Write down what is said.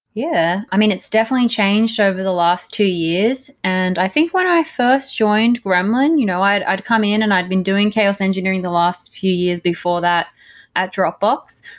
yeah. i mean, it's definitely changed over the last two years. and i think when i first joined gremlin, you know i'd i'd come in and i'd been doing chaos engineering the last few years before that at dropbox,